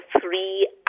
three